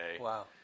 Wow